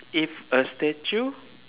if a statue